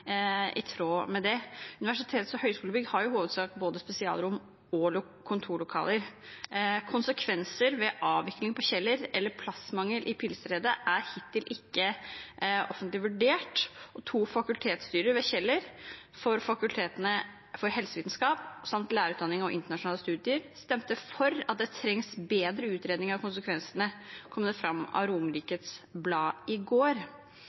i tråd med det. Universitets- og høyskolebygg har i hovedsak både spesialrom og kontorlokaler. Konsekvensene av avvikling på Kjeller eller plassmangel i Pilestredet er hittil ikke offentlig vurdert. To fakultetstyrer ved Kjeller, for fakultetet for helsevitenskap samt for lærerutdanning og internasjonale studier, stemte for at det trengs bedre utredning av konsekvensene, kom det fram av Romerikes Blad i går.